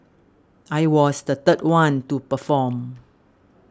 I was the third one to perform